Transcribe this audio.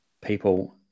people